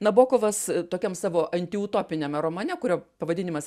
nabokovas tokiam savo antiutopiniame romane kurio pavadinimas